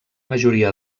majoria